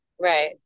right